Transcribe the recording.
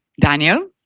Daniel